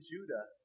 Judah